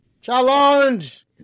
Challenge